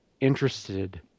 interested